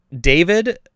David